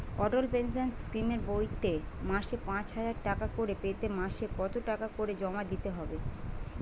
অটল pension স্কিমের বইতে মাসে পাঁচ হাজার টাকা করে পেতে মাসে কত টাকা করে জমা দিতে হবে?